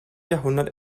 jahrhundert